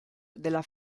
della